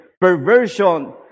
perversion